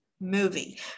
movie